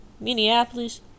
Minneapolis